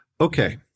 Okay